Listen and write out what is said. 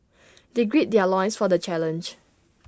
they greed their loins for the challenge